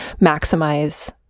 maximize